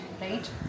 right